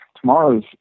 tomorrow's